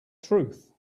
truth